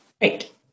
Great